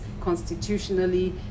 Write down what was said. constitutionally